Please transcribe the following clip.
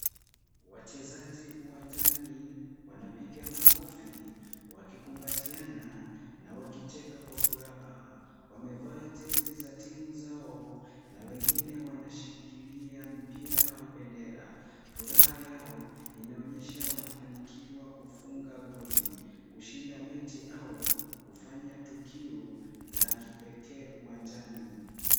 Wachezaji uwanjani wanapiga makofi wakikumbatiana na wakicheka kwa furaha, wamevaa jezi za timu zao na wengine wanashikilia mpira au bendera, furaha yao inaonyesha wamefanikiwa kufunga goli kushinda mechi au kufanya tukio la kipekee uwanjani.